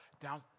Down